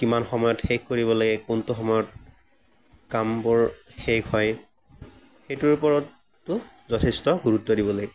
কিমান সময়ত শেষ কৰিব লাগে কোনটো সময়ত কামবোৰ শেষ হয় সেইটোৰ ওপৰতো যথেষ্ট গুৰুত্ব দিব লাগে